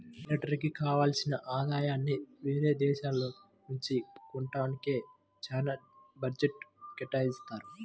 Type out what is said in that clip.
మిలిటరీకి కావాల్సిన ఆయుధాలని యేరే దేశాల నుంచి కొంటానికే చానా బడ్జెట్ను కేటాయిత్తారు